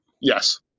Yes